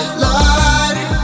light